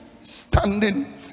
standing